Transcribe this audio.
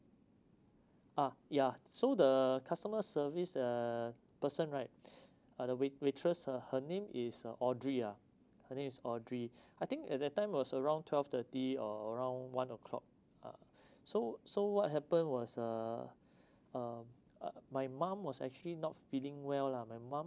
ah yeah so the customer service uh person right {ah] the wait~ waitress her her name is audrey ah her name is audrey I think at that time was around twelve thirty or around one o'clock ah so so what happen was uh uh err my mom was actually not feeling well lah my mum